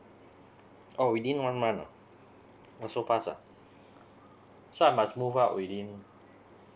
oh within one month ah oh so fast ah so I must move out within